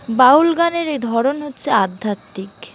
বাউল গানের এই ধরন হচ্ছে আধ্যাত্মিক